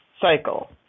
Cycle